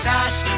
Dash